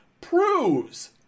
proves